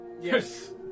Yes